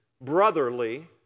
brotherly